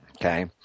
Okay